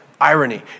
irony